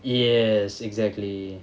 yes exactly